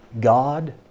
God